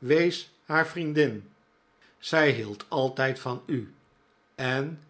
wees haar vriendin zij hield altijd van u en